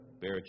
bear